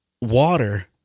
water